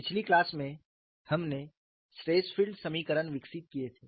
पिछली क्लास में हमने स्ट्रेस फील्ड समीकरण विकसित किए थे